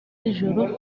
z’ijoro